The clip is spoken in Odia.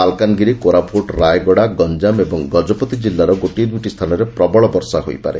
ମାଲକାନଗିରି କୋରାପୁଟ୍ ରାୟଗଡା ଗଞାମ ଏବଂ ଗଜପତି କିଲ୍ଲାରେ ଗୋଟିଏ ଦୁଇଟି ସ୍ରାନରେ ପ୍ରବଳ ବର୍ଷା ହୋଇପାରେ